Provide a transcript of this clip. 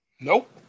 Nope